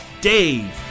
Dave